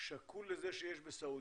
שקול לזה שיש בסעודיה.